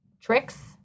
Tricks